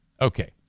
Okay